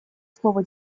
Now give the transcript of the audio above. слово